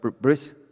Bruce